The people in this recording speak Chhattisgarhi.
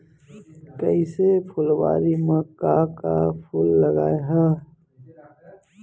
कइसे फुलवारी म का का फूल लगाय हा?